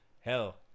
hell